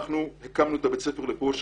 אנחנו הקמנו את בית הספר לפ"וש.